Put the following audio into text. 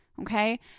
Okay